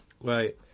Right